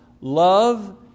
love